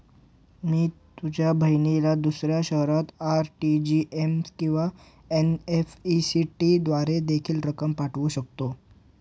मी माझ्या बहिणीला दुसऱ्या शहरात आर.टी.जी.एस किंवा एन.इ.एफ.टी द्वारे देखील रक्कम पाठवू शकतो का?